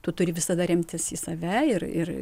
tu turi visada remtis į save ir ir